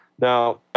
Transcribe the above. now